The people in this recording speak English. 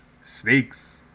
snakes